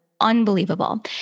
unbelievable